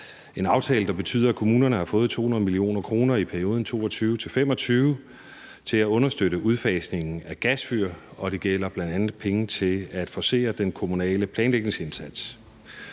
en aftale, der betyder, at kommunerne har fået 200 mio. kr. i perioden 2022-2025 til at understøtte udfasningen af gasfyr, og det drejer sig bl.a. om penge til at forcere den kommunale planlægningsindsats.